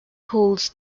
holds